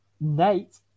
Nate